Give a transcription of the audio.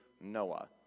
Noah